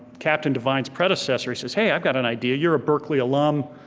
captain devine's predecessor says hey, i've got an idea, you're a berkeley alum,